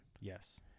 Yes